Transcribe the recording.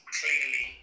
clearly